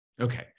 Okay